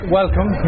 welcome